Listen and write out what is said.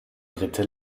dritte